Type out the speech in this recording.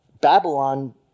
Babylon